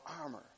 armor